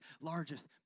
largest